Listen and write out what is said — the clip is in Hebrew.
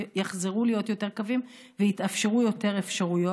יחזרו להיות יותר קווים ויתאפשרו יותר אפשרויות.